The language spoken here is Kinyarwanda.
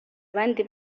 abandi